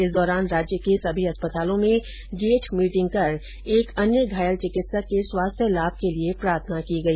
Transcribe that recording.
इस दौरान राज्य के सभी चिकित्सालयों में गेट मीटिंग कर एक अन्य घायल चिकित्सक के स्वास्थ्य लाभ के लिये प्रार्थना की गई